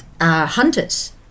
hunters